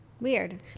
Weird